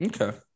Okay